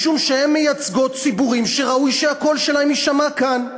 משום שהן מייצגות ציבורים שראוי שהקול שלהם יישמע כאן.